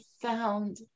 found